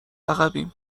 عقبیم